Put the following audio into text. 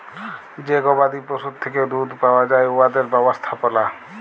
যে গবাদি পশুর থ্যাকে দুহুদ পাউয়া যায় উয়াদের ব্যবস্থাপলা